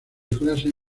clases